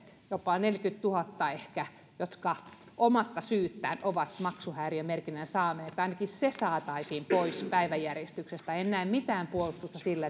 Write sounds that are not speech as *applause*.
jopa neljäkymmentätuhatta ehkä ja jotka omaa syyttään ovat maksuhäiriömerkinnän saaneet se ainakin saataisiin pois päiväjärjestyksestä en näe mitään puolustusta sille *unintelligible*